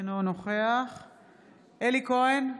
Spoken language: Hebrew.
אינו נוכח אלי כהן,